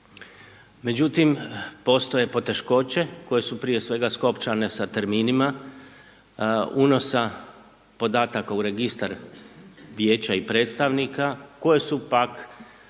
Međutim, postoje poteškoće koje su prije svega skopčane sa terminima unosa podataka u registar vijeća i predstavnika koje su pak